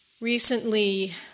Recently